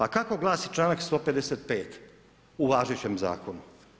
A kako glasi članak 155. u važećem zakonu?